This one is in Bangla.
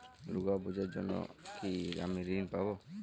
দুর্গা পুজোর জন্য কি আমি ঋণ পাবো?